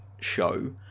show